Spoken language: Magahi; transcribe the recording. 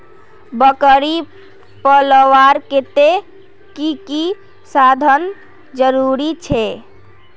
बकरी पलवार केते की की साधन जरूरी छे?